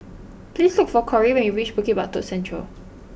please look for Kori when you reach Bukit Batok Central